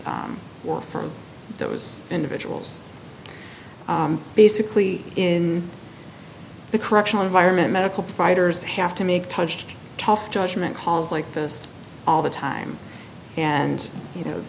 or for those individuals basically in the correctional environment medical providers have to make touched tough judgment calls like this all the time and you know